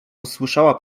usłyszała